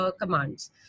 commands